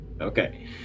Okay